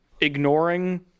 ignoring